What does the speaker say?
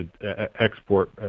export